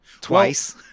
twice